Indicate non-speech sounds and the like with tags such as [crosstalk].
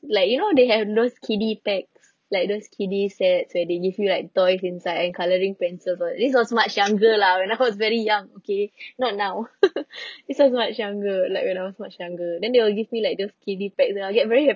like you know they have those kiddie packs like those kiddie sets where they give you like toys inside and colouring pencils ah this was much younger lah when I was very young okay not now [laughs] this was much younger like when I was much younger then they will give me like those kiddie packs ah I'll get very